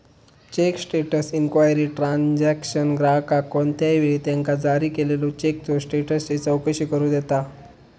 check status inquiry transaction ग्राहकाक कोणत्याही वेळी त्यांका जारी केलेल्यो चेकचा स्टेटसची चौकशी करू देता